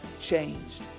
changed